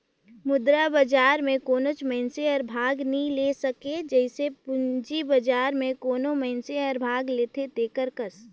मुद्रा बजार में कोनोच मइनसे हर भाग नी ले सके जइसे पूंजी बजार में कोनो मइनसे हर भाग लेथे तेकर कस